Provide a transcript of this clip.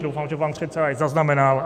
Doufám, že pan předseda je zaznamenal.